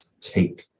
take